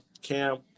Cam